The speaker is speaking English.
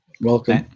Welcome